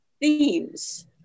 themes